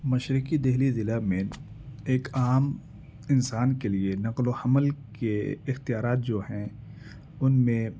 مشرقی دلی ضلع میں ایک عام انسان کے لیے نقل و حمل کے اختیارات جو ہیں ان میں